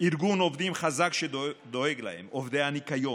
ארגון עובדים חזק שדואג להם: עובדי הניקיון,